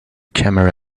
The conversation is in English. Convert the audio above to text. camera